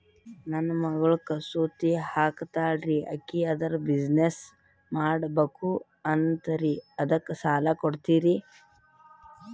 ನನ್ನ ಮಗಳು ಕಸೂತಿ ಹಾಕ್ತಾಲ್ರಿ, ಅಕಿ ಅದರ ಬಿಸಿನೆಸ್ ಮಾಡಬಕು ಅಂತರಿ ಅದಕ್ಕ ಸಾಲ ಕೊಡ್ತೀರ್ರಿ?